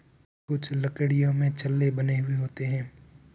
कुछ लकड़ियों में छल्ले बने हुए होते हैं